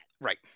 Right